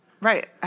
Right